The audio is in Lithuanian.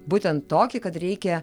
būtent tokį kad reikia